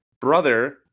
brother